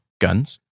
guns